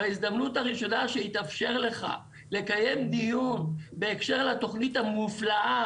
בהזדמנות הראשונה שיתאפשר לך לקיים דיון בהקשר לתוכנית המופלאה